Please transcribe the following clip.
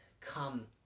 come